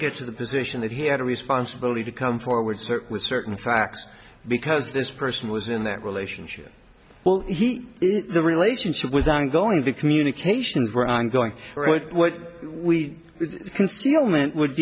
to the position that he had a responsibility to come forward with certain facts because this person was in that relationship well he the relationship was ongoing the communications were ongoing what we concealment would